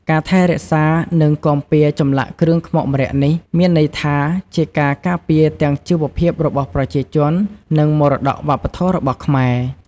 ការថែរក្សា និងគាំពារចម្លាក់គ្រឿងខ្មុកម្រ័ក្សណ៍នេះ មានន័យថាជាការការពារទាំងជីវភាពរបស់ប្រជាជន និងមរតកវប្បធម៌របស់ខ្មែរ។